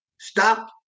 stop